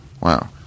Wow